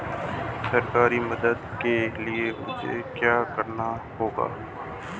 सरकारी मदद के लिए मुझे क्या करना होगा?